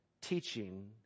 teaching